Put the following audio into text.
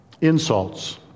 insults